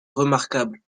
remarquable